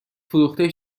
فروخته